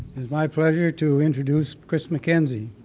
is my pleasure to introduce chris mackenzie.